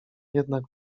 jednak